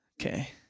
Okay